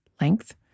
length